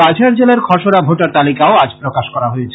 কাছাড় জেলার খসড়া ভোটার তালিকাও আজ প্রকাশ করা হয়েছে